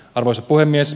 arvoisa puhemies